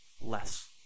less